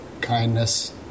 kindness